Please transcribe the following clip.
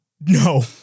No